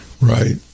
Right